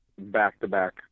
back-to-back